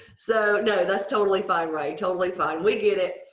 so, no that's totally fine right, totally fine, we get it.